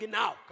now